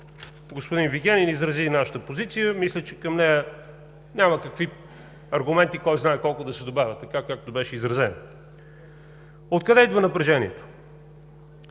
Господин Вигенин изрази нашата позиция. Мисля, че към нея няма кой знае какви аргументи да се добавят, така както беше изразена. Откъде идва напрежението?